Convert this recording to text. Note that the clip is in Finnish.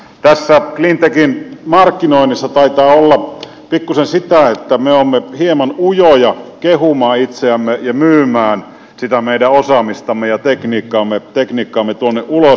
tässä cleantechin markkinoinnissa taitaa olla pikkuisen sitä että me olemme hieman ujoja kehumaan itseämme ja myymään sitä meidän osaamistamme ja tekniikkaamme tuonne ulos